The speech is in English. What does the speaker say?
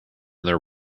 their